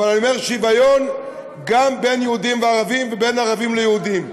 אבל שוויון בין יהודים לערבים וגם בין ערבים ליהודים.